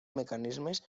mecanismes